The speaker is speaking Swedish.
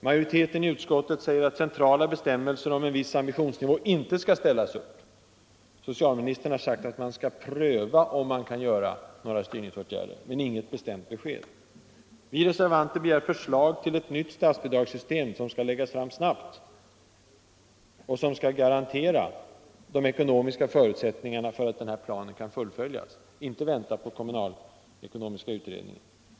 Majoriteten i utskottet säger att centrala bestämmelser om en viss ambitionsnivå inte skall utfärdas. Socialministern har sagt att man skall pröva om man skall kunna vidta några styrningsåtgärder, men han har inte gett något bestämt besked Vi reservanter begär förslag till ett nytt statsbidragssystem, som skall läggas fram snabbt och som skall garantera de ekonomiska förutsättningarna för att planen kan fullföljas. Vi vill inte vänta på kommunalekonomiska utredningen.